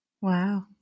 Wow